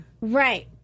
Right